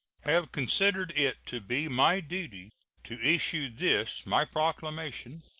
have considered it to be my duty to issue this my proclamation,